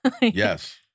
Yes